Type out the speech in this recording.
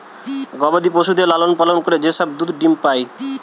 গবাদি পশুদের লালন পালন করে যে সব দুধ ডিম্ পাই